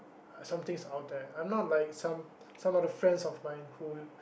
some things out there I'm not like some some other friends of mine who